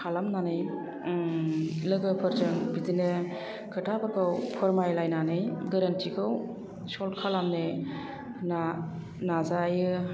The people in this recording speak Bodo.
खालामनानै लोगोफोरजों बिदिनो खोथाफोरखौ फोरमायलायनानै गोरोन्थिखौ सल्भ खालामनो नाजायो